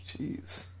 Jeez